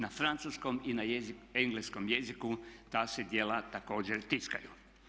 Na francuskom i na engleskom jeziku ta se djela također tiskaju.